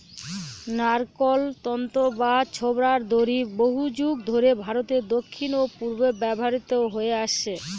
নারকোল তন্তু বা ছোবড়ার দড়ি বহুযুগ ধরে ভারতের দক্ষিণ ও পূর্বে ব্যবহৃত হয়ে আসছে